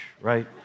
right